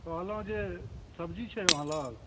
कहलौँ जे सब्जी छै अहाँ लग